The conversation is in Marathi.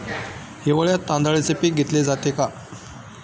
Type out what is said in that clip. हिवाळ्यात तांदळाचे पीक घेतले जाते का?